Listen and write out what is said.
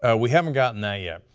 ah we haven't gotten that yet.